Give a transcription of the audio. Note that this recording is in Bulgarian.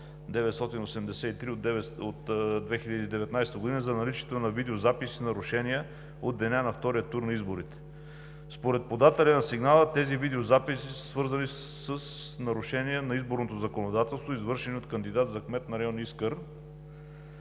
за наличието на видеозапис на нарушения от деня на втория тур на изборите. Според подателя на сигнала тези видеозаписи са свързани с нарушение на изборното законодателство и са извършени от кандидата за кмет на район Искър.